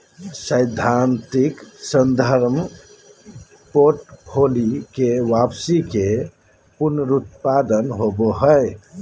सैद्धांतिक संदर्भ पोर्टफोलि के वापसी के पुनरुत्पादन होबो हइ